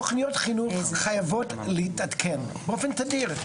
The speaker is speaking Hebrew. תוכניות חינוך חייבות להתעדכן באופן תדיר.